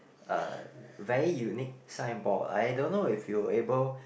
uh very unique signboard I don't know if you able